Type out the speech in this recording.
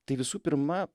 tai visų pirma